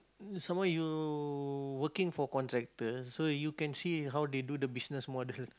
some more you working for contractor so you can see how they do the business model